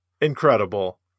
Incredible